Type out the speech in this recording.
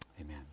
Amen